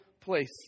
place